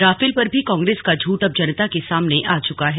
Rafale पर भी कांग्रेस का झूठ अब जनता के सामने आ चुका है